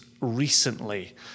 recently